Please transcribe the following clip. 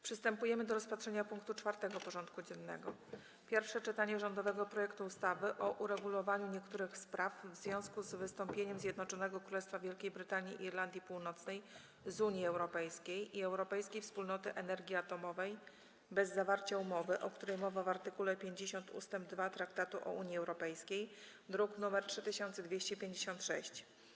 Przystępujemy do rozpatrzenia punktu 4. porządku dziennego: Pierwsze czytanie rządowego projektu ustawy o uregulowaniu niektórych spraw w związku z wystąpieniem Zjednoczonego Królestwa Wielkiej Brytanii i Irlandii Północnej z Unii Europejskiej i Europejskiej Wspólnoty Energii Atomowej bez zawarcia umowy, o której mowa w art. 50 ust. 2 Traktatu o Unii Europejskiej (druk nr 3256)